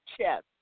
chest